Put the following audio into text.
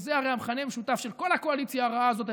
וזה הרי המכנה המשותף של כל הקואליציה הרעה הזאת,